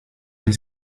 nie